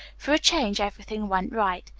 for a change, everything went right.